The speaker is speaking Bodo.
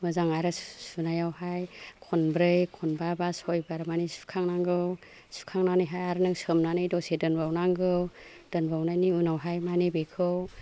मोजां आरो सुनायावहाय खनब्रै खनबा बा सयबार मानि सुखांनांगौ सुखांनानैहाय आरो नों सोमनानै दसे दोनबावनांगौ दोनबावनायनि उनावहाय मानि बेखौ